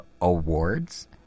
awards